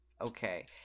Okay